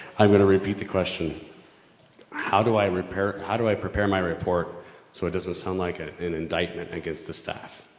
i'm going to repeat the question how do i repair, how do i prepare my report so it doesn't sound like an indictment against the staff.